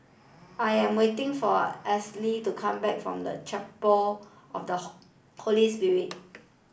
I am waiting for to come back from the Chapel of the Holy Spirit